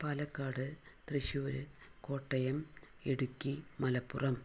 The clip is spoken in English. Palakkad Thrissur Kottayam Idukki Malappuram